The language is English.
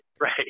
right